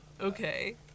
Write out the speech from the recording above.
Okay